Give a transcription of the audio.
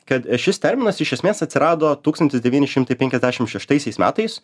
kad šis terminas iš esmės atsirado tūkstantis devyni šimtai penkiasdešimt šeštaisiais metais